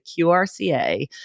QRCA